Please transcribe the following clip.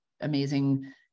amazing